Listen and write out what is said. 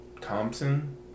Thompson